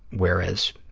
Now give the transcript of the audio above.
whereas